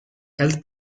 health